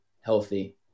healthy